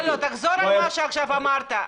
תחזור על מה שאמרת עכשיו.